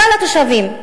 כלל התושבים.